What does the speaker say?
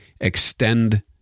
extend